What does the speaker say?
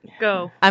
Go